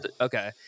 Okay